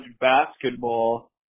basketball